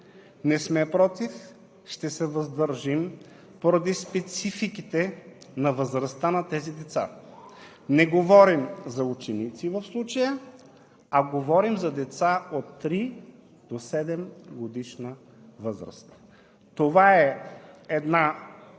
Не сме против. Ще се въздържим поради спецификите на възрастта на тези деца. Не говорим за ученици в случая, а говорим за деца от три до седемгодишна възраст. Това е една